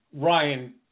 Ryan